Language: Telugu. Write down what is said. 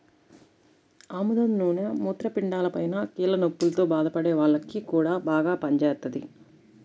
ఆముదం నూనె మూత్రపిండాలపైన, కీళ్ల నొప్పుల్తో బాధపడే వాల్లకి గూడా బాగా పనిజేత్తది